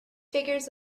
figures